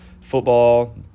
football